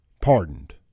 pardoned